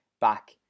back